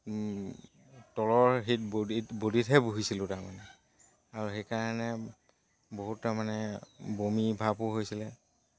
তলৰ হিত বডিত বডিতহে বহিছিলোঁ তাৰমানে আৰু সেইকাৰণে বহুত তাৰমানে বমি ভাবো হৈছিলে